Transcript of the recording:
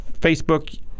Facebook